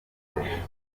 bikoresho